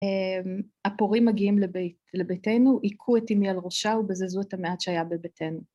‫הפורעים מגיעים לביתנו, ‫היכו את אימי על ראשה ‫ובזזו את המעט שהיה בביתנו.